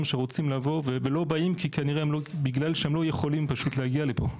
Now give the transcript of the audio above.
שרוצים לבוא אבל לא באים כנראה בגלל שהם פשוט לא יכולים להגיע לפה.